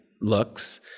looks